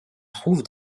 trouve